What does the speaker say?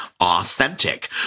authentic